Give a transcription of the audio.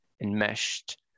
enmeshed